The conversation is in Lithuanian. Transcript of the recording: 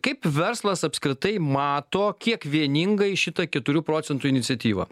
kaip verslas apskritai mato kiek vieningai šitą keturių procentų iniciatyvą